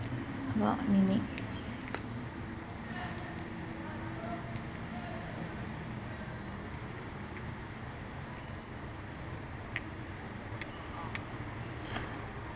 about nenek